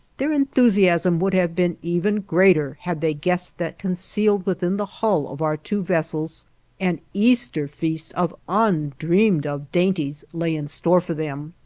their enthusiasm would have been even greater had they guessed that concealed within the hull of our two vessels an easter feast of undreamed-of dainties lay in store for them.